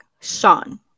Sean